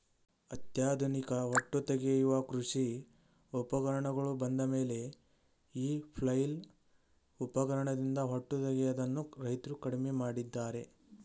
ಅತ್ಯಾಧುನಿಕ ಹೊಟ್ಟು ತೆಗೆಯುವ ಕೃಷಿ ಉಪಕರಣಗಳು ಬಂದಮೇಲೆ ಈ ಫ್ಲೈಲ್ ಉಪಕರಣದಿಂದ ಹೊಟ್ಟು ತೆಗೆಯದನ್ನು ರೈತ್ರು ಕಡಿಮೆ ಮಾಡಿದ್ದಾರೆ